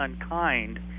unkind